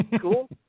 cool